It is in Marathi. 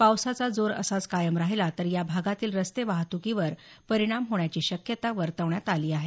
पावसाचा जोर असाच कायम राहिला तर या भागातील रस्ते वाहतुकीवर परिणाम होण्याची शक्यता वर्तवण्यात आली आहे